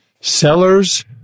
Sellers